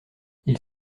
ils